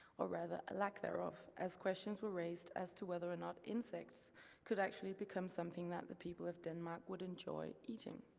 or rather a lack thereof as questions were raised as to whether or not insects could actually become something that the people of denmark would enjoy eating.